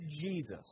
Jesus